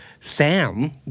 Sam